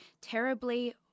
Terribly